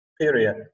period